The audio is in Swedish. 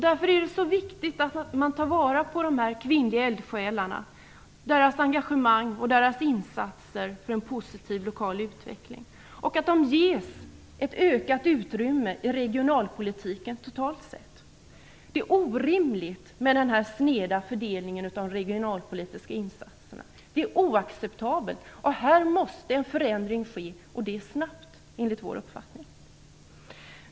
Därför är det så viktigt att de kvinnliga eldsjälarna, deras engagemang och insatser för en positiv lokal utveckling tas till vara och att de ges ett utökat utrymme i regionalpolitiken. totalt sett. Det är orimligt och oacceptabelt med den sneda fördelningen av de regionalpolitiska insatserna. Här måste enligt vår uppfattning en förändring ske, och det snabbt.